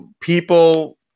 people